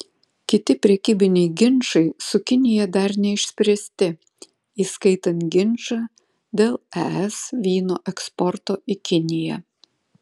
kiti prekybiniai ginčai su kinija dar neišspręsti įskaitant ginčą dėl es vyno eksporto į kiniją